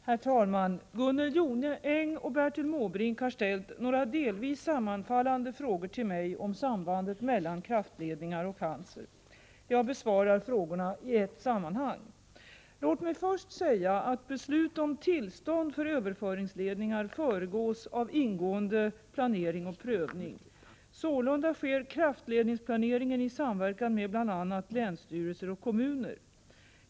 Herr talman! Gunnel Jonäng och Bertil Måbrink har ställt några delvis sammanfallande frågor till mig om sambandet mellan kraftledningar och cancer. Jag besvarar frågorna i ett sammanhang. Låt mig först säga att beslut om tillstånd för överföringsledningar föregås av ingående planering och prövning. Sålunda sker kraftledningsplaneringen i samverkan med bl.a. länsstyrelser och kommuner.